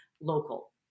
local